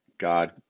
God